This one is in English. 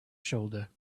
shoulder